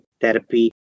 therapy